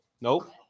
nope